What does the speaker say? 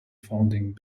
founding